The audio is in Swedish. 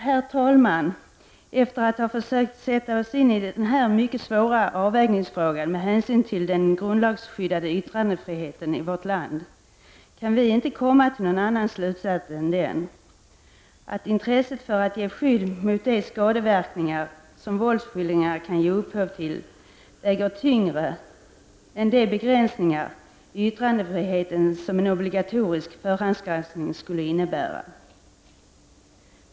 Herr talman! Efter att ha försökt sätta oss in i den här mycket svåra avvägningsfrågan med hänsyn till den grundlagsskyddade yttrandefriheten i vårt land, kan vi inte komma till någon annan slutsats än att intresset att ge skydd mot de skadeverkningar som våldsskildringar kan ge upphov till väger tyngre än de begränsningar i yttrandefriheten som en obligatorisk förhandsgranskning skulle innebära.